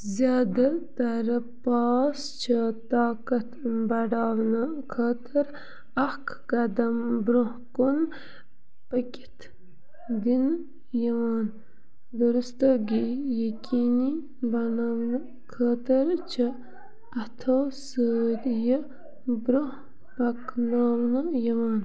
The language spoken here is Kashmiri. زیادٕ تَر پاس چھِ طاقت بڑھاونہٕ خٲطرٕ اکھ قدم برٛونٛہہ کُن پٔکِتھ دِنہٕ یِوان دُرستگی یقیٖنی بناونہٕ خٲطٕر چھِ اَتھو سۭتۍ یہِ برٛونٛہہ پکناونہٕ یِوان